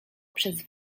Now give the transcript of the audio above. przez